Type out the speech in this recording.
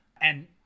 and-